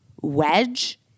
wedge